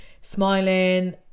smiling